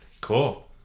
cool